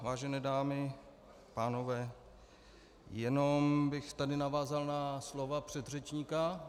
Vážené dámy, pánové, jenom bych tady navázal na slova předřečníka.